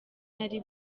nari